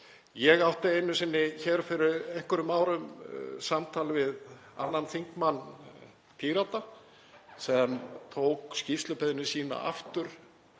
Ég átti einu sinni fyrir einhverjum árum samtal við annan þingmann Pírata sem tók skýrslubeiðni sína aftur